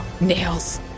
Nails